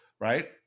right